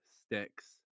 sticks